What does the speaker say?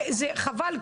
חבל,